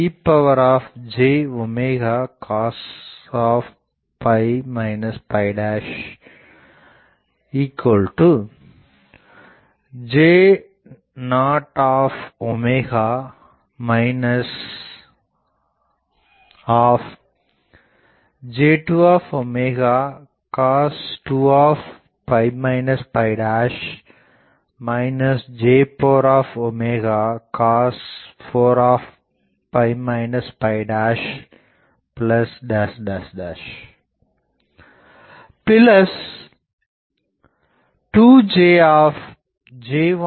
ej cos J0 J2 cos 2 J4 cos 4